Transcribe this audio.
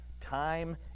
time